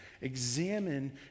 Examine